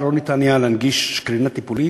לא ניתן היה להנגיש אליהם קרינה טיפולית,